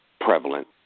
prevalent